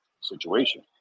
situation